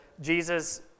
Jesus